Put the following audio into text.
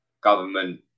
government